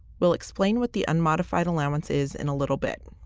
we'll explain what the unmodified allowance is in a little bit.